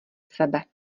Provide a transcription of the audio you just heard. sebe